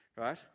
right